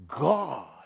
God